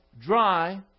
dry